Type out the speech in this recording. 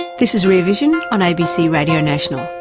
this is rear vision on abc radio national.